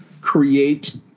Create